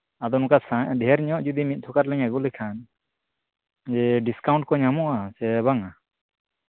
ᱟᱫᱚ ᱱᱚᱝᱠᱟ ᱥᱟᱸ ᱰᱷᱮᱹᱨ ᱧᱚᱜ ᱡᱩᱫᱤ ᱰᱷᱮᱹᱨ ᱧᱚᱜ ᱡᱩᱫᱤ ᱢᱤᱫ ᱛᱷᱚᱠᱟ ᱨᱮᱞᱤᱧ ᱡᱩᱫᱤ ᱟᱹᱜᱩ ᱞᱮᱠᱷᱟᱱ ᱡᱮ ᱰᱤᱥᱠᱟᱣᱩᱱᱴ ᱫᱚ ᱧᱟᱱᱚᱜᱼᱟ ᱥᱮ ᱵᱟᱝᱟ